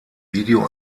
video